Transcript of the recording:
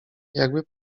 jakby